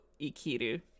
Ikiru